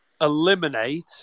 eliminate